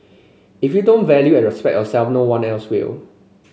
if you don't value and respect yourself no one else will